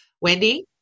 Wendy